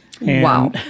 Wow